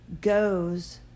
goes